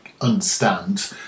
understand